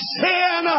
sin